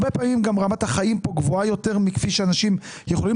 הרבה פעמים רמת החיים פה גבוהה יותר מכפי שאנשים יכולים